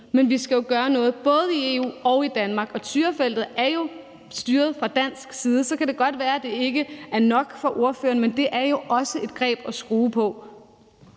Men vi skal jo gøre noget både i EU og i Danmark, og Tyrafeltet er jo styret fra dansk side. Så kan det godt være, at det ikke er nok for ordføreren, men det er jo også et greb, man kan